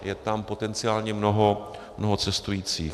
Je tam potenciálně mnoho cestujících.